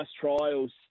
trials